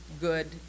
good